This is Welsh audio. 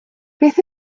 beth